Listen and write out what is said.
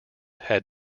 had